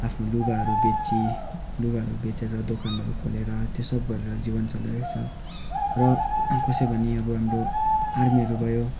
आफ्नो लुगाहरू बेची लुगाहरू बेचेर दोकानहरू खोलेर त्यो सब गरेर जीवन चलाइरहेछ र कसैले भने अब हाम्रो आर्मीहरू भयो